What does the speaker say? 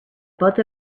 both